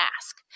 ask